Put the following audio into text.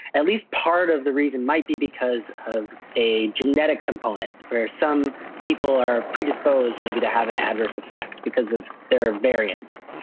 at least part of the reason might be because of a genetic component, where some people are pre-disposed maybe to have an adverse effect, because of their variance.